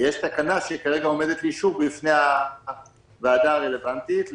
יש תקנה שכרגע עומדת לאישור בפני הוועדה הרלוונטית בכנסת.